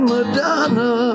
Madonna